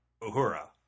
Uhura